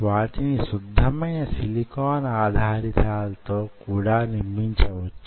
వాటిని శుద్ధమైన సిలికాన్ ఆధారితాలతో కూడా నిర్మించవచ్చు